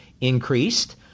increased